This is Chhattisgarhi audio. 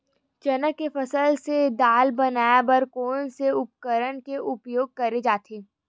चना के फसल से दाल बनाये बर कोन से उपकरण के उपयोग करे जाथे?